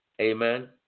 Amen